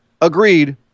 Agreed